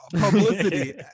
publicity